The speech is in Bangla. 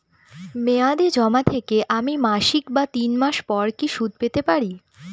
মেয়াদী জমা থেকে আমি মাসিক বা তিন মাস পর কি সুদ পেতে পারি?